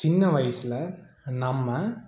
சின்ன வயதுல நம்ம